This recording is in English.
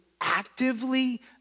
actively